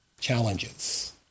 challenges